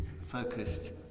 focused